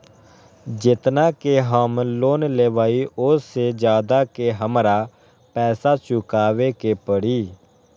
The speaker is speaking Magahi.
जेतना के हम लोन लेबई ओ से ज्यादा के हमरा पैसा चुकाबे के परी?